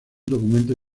documento